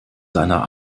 seiner